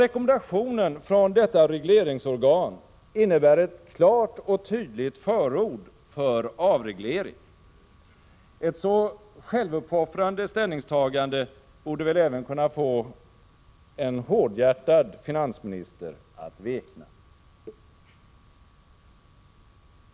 Rekommendationen från detta regleringsorgan innebär ett klart och tydligt förord för avreglering. Ett så självuppoffrande ställningstagande borde väl även kunna få en hårdhjärtad finansminister att vekna!